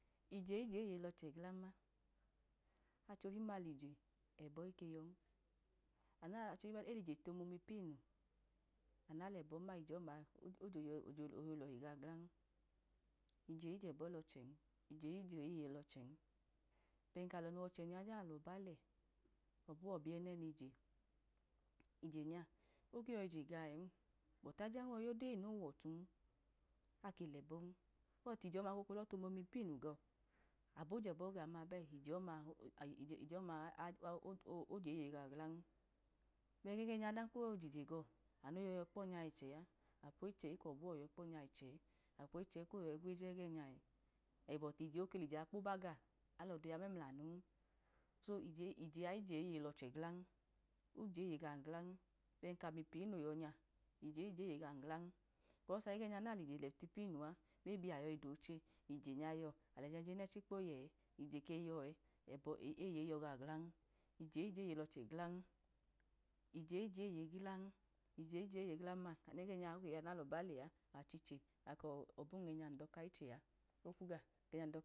Ije ije eye lọchẹ glam ma, acholim ma lije ẹbọ ike yọn, ana acholi elije tu onomu ipu inu amu na lẹbo̱m ma, ije ọma oje oyeyi ọlamu gaọ glan, ije ijẹb lọchẹn ije ije ye lọchẹn, ben kalọ no wachẹnya ọdan kalọba lẹ ọbuwọ biyẹnẹ nije, ije nya oge yọyije gaọ en bẹti ajan oyọyi yọda eyi no huwọtun, ake lẹbọn, ohọtu ije ọma koke lọtomomipunu gọ abo jẹbọ gaọm ma ije oma o o o jẹbọ gaọ glan, ben kege nya oyọyi jijegọ amu no yọyi kpọnya ẹchẹ alepo ichẹ ekọbuwọ oyọyi kpọnya ẹchẹ alepo iche ekọbuwọ oyọyi gweje ege nya, bọt oke lije kpobaga alọda oya memlamun. So ije a ije eye lọchẹ glan oje eye gam glan, ben kamupi no nyọnya, ije ije ye gam glan kọs anu nalije lẹ tiponu a anu na yọyi dọchẹ, ije nya yọ alẹ jẹjẹ unẹchi kpo yẹ, ije keyọ ẹ, eye iyọ gaọ glan, ije ije eye lọchẹ glan, ije ije eye glan ije ije eye glam ma, amu nalọba lẹ ichẹ a akọbu ẹnya num dọka ichẹ okmu ga.